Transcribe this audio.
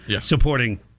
supporting